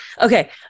Okay